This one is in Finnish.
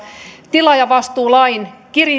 tilaajavastuulain